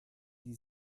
die